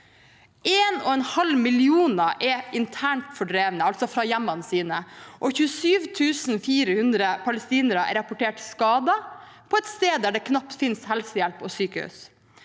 halv million er internt fordrevne, altså fra hjemmene sine, og 27 400 palestinere er rapportert skadet – på et sted der det knapt finnes helsehjelp og sykehus.